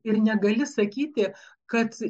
ir negali sakyti kad